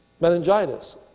meningitis